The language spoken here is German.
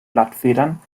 blattfedern